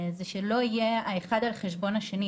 זה שלא יהיה האחד על חשבון השני,